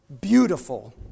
beautiful